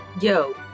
Yo